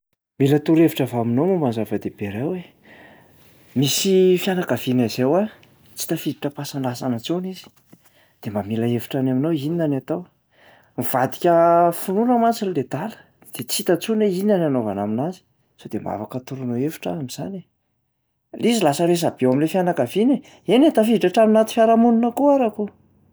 Mila torohevitra avy aminao momba ny zava-dehibe iray aho e. Misy fianakavianay izay hoa tsy tafiditra ampasan-drazana intsony izy de mba mila hevitra any aminao inona ny atao? Nivadika finoana mantsiny ledala de tsy hita intsony hoe inona ny anaovana aminazy? Sao de mba afaka toroinao hevitra aho am'zany e? Lay izy lasa resa-be ao am'lay fianakaviana e! Eny e, tafiditra hatrany anaty fiarahamonina koa ara koa.